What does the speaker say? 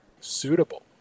Suitable